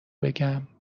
بگم